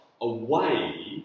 away